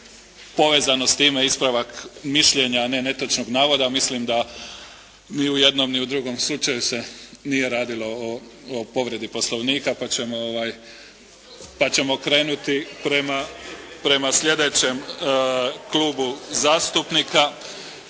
povezanost ispravak mišljenja a ne netočnog navoda. Mislim da ni u jednom ni u drugom slučaju se nije radilo o povredi Poslovnika pa ćemo krenuti prema sljedećem klubu zastupnika.